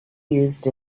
used